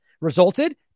resulted